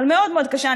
אבל מאוד מאוד קשה,